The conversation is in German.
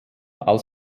als